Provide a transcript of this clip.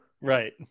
Right